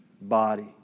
body